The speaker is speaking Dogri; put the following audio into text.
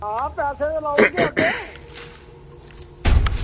हां पैसे ते पाई ओड़गे अद्धे